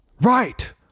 Right